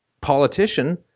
politician